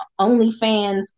OnlyFans